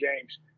games